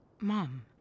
Mom